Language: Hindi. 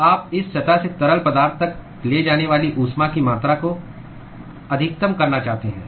तो आप इस सतह से तरल पदार्थ तक ले जाने वाली ऊष्मा की मात्रा को अधिकतम करना चाहते हैं